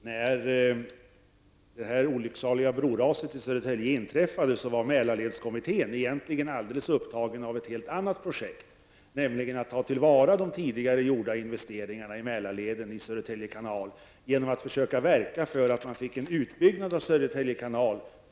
Herr talman! När det olycksaliga broraset i Södertälje inträffade var Mälarledskommittén egentligen alldeles upptagen av ett helt annat projekt, nämligen att ta till vara de tidigare gjorda investeringarna i Mälarleden i Södertälje kanal genom att försöka verka för att en utbyggnad av Södertälje kanal kom till stånd.